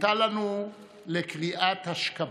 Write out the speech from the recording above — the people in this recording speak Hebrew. הייתה לנו לקריאת השכמה,